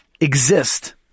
exist